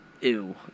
Ew